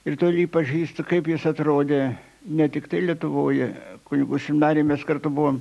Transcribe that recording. ir tol jį pažįstu kaip jis atrodė ne tiktai lietuvoje kunigų seminarijoj mes kartu buvom